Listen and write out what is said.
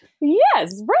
Yes